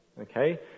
Okay